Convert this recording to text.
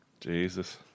Jesus